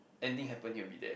anything happen he will be there